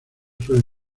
suele